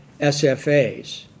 SFAs